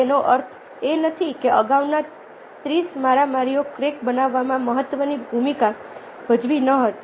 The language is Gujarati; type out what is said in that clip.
તેનો અર્થ એ નથી કે અગાઉના 30 મારામારીએ ક્રેક બનાવવામાં મહત્વની ભૂમિકા ભજવી ન હતી